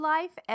Life